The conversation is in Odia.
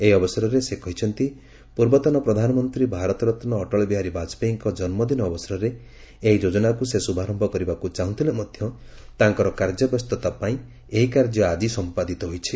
ଏହି ଅବସରରେ ସେ କହିଛନ୍ତି ପୂର୍ବତନ ପ୍ରଧାନମନ୍ତ୍ରୀ ଭାରତରତ୍ନ ଅଟଳ ବିହାରୀ ବାଜପେୟୀଙ୍କ ଜନ୍ମଦିନ ଅବସରରେ ଏହି ଯୋଜନାକୁ ସେ ଶୁଭାରମ୍ଭ କରିବାକୁ ଚାହୁଁଥିଲେ ମଧ୍ୟ ତାଙ୍କର କାର୍ଯ୍ୟବ୍ୟସ୍ତତା ପାଇଁ ଏହି କାର୍ଯ୍ୟ ଆଜି ସମ୍ପାଦିତ ହୋଇଛି